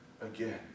Again